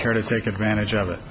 care to take advantage of it